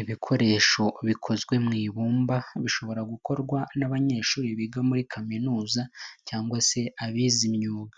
Ibikoresho bikozwe mu ibumba, bishobora gukorwa nbanyeshuri biga muri kaminuza cyangwa se abize imyuga,